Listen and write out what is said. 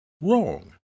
wrong